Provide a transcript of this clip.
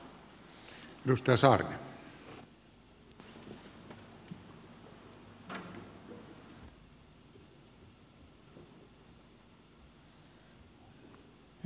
herra puhemies